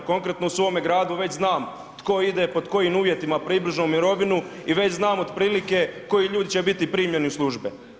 Konkretno, u svome gradu već znam tko ide pod kojim uvjetima približno u mirovinu i već znam otprilike koji ljudi će biti primljeni u službe.